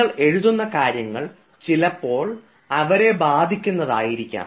നിങ്ങൾ എഴുതുന്ന കാര്യങ്ങൾ ചിലപ്പോൾ അവരെ ബാധിക്കുന്ന ആയിരിക്കാം